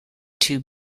two